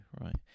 right